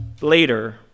later